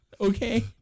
Okay